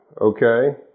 okay